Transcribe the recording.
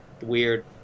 weird